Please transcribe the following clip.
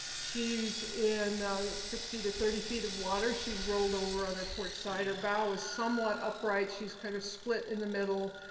she's in sixty to thirty feet of water. she's rolled over on her port side. her bow is somewhat upright. she's kind of split in the middle,